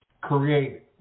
create